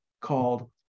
called